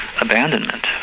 abandonment